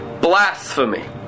Blasphemy